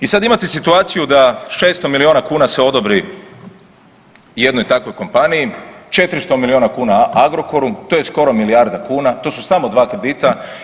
I sad imate situaciju da 600 milijuna kuna se odobri jednoj takvoj kompaniji, 400 milijuna Agrokoru, to je skoro milijarda kuna, to su samo dva kredita.